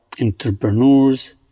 Entrepreneurs